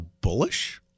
bullish